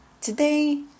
Today